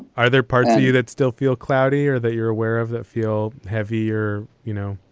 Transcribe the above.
are there parts of you that still feel cloudy or that you're aware of that feel heavy or, you know